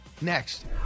Next